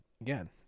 Again